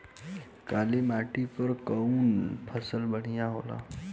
काली माटी पर कउन फसल बढ़िया होला?